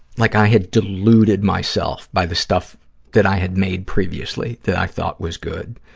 like i had deluded myself by the stuff that i had made previously that i thought was good,